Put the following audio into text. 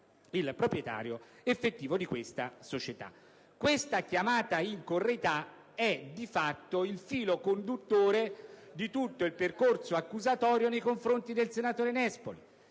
del proprietario effettivo della società. Questa chiamata in correità è di fatto il filo conduttore di tutto il percorso accusatorio nei confronti del senatore Nespoli.